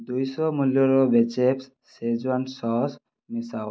ଦୁଇ ଶହ ମୂଲ୍ୟର ବେଚେଫ୍ ଶେଜ୍ୱାନ୍ ସସ୍ ମିଶାଅ